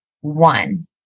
one